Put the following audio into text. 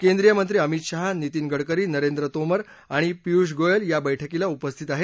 केंद्रीय मंत्री अमित शाह नीतीन गडकरी नरेंद्र तोमर आणि पियुष गोयल या बैठकीला उपस्थित आहेत